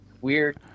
Weird